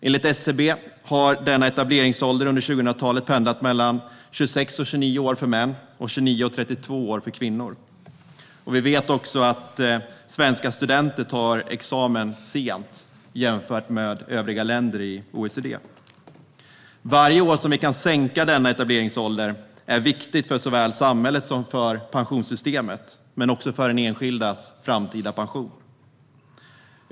Enligt SCB har etableringsåldern under 2000-talet pendlat mellan 26 och 29 år för män och 29 och 32 år för kvinnor. Vi vet också att svenska studenter tar examen sent jämfört med studenter i övriga länder i OECD. Varje år vi kan sänka etableringsåldern med är viktigt för såväl samhället som pensionssystemet och den enskildes framtida pension.